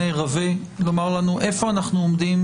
לשכנע.